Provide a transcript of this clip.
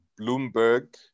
bloomberg